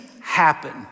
happen